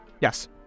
Yes